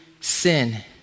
sin